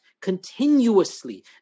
continuously